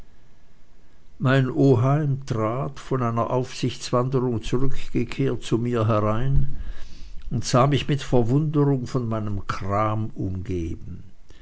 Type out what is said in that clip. mein oheim trat von einer aufsichtswanderung zurückgekehrt zu mir herein und sah mich mit verwunderung von meinem krame umgeben